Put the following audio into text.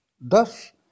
Thus